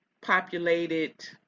populated